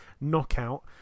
knockout